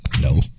No